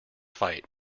fight